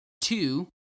two